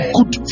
Good